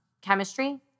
chemistry